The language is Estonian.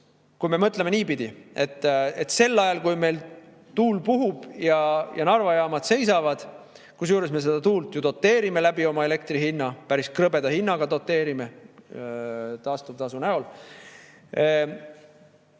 kui me mõtleme niipidi, et sel ajal, kui meil tuul puhub ja Narva jaamad seisavad – kusjuures me seda tuult ju doteerime oma elektri hinna kaudu, päris krõbeda hinnaga doteerime taastuvtasuna